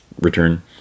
return